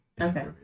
Okay